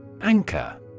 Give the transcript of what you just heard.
Anchor